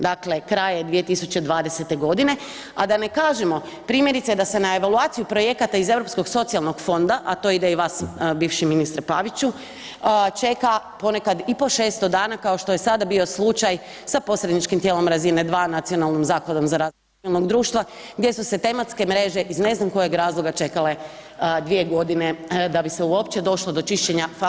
Dakle, kraj je 2020. godine, a da ne kažemo primjerice da se na evaluaciju projekata iz Europskog socijalnog fonda, a to ide i vas bivši ministre Paviću, čeka ponekad i do 600 dana kao što je sada bio slučaj sa posredničkim tijelom razine 2 nacionalnim Zakonom za razvoj civilnog društva gdje su se tematske mreže iz ne znam kojeg razloga čekale dvije godine da bi se uopće došlo do faze čišćenja proračuna [[Upadica Ante Sanader: Vrijeme.]] Ok.